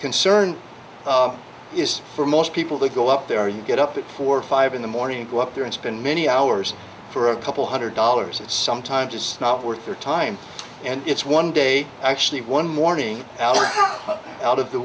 concern is for most people to go up there you get up at four or five in the morning and go up there and spend many hours for a couple hundred dollars and sometimes it's not worth your time and it's one day actually one morning hour out of the